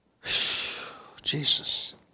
Jesus